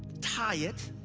tie it,